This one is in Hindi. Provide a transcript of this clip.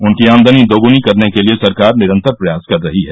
उनकी आमदनी दोगुनी करने के लिए सरकार निरंतर प्रयास कर रही है